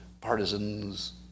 partisans